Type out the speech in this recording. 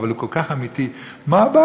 אבל הוא כל כך אמיתי: מה הבעיה?